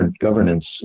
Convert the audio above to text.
governance